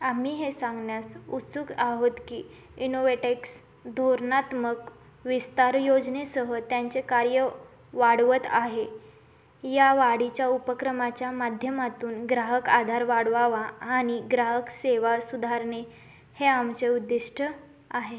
आम्ही हे सांगण्यास उत्सुक आहोत की इनोवेटेक्स धोरणात्मक विस्तार योजनेसह त्याचे कार्य वाढवत आहे या वाढीच्या उपक्रमाच्या माध्यमातून ग्राहक आधार वाढवावा आणि ग्राहक सेवा सुधारणे हे आमचे उद्दिष्ट आहे